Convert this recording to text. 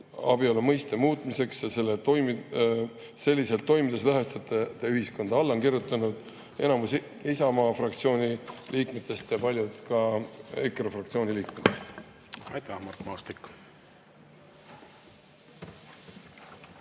abielu mõiste muutmiseks, ja selliselt toimides te lõhestate ühiskonda? Alla on kirjutanud enamik Isamaa fraktsiooni liikmetest ja ka paljud EKRE fraktsiooni liikmed. Aitäh, Mart Maastik!